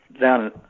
down